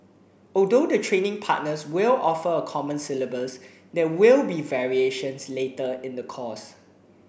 although the training partners will offer a common syllabus there will be variations later in the course